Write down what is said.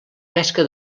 pesca